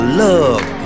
love